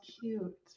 cute